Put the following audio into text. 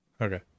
Okay